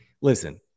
listen